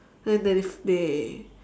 then they they